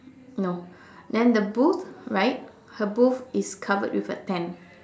no then the booth right her booth is covered with a tent